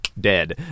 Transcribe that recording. dead